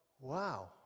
Wow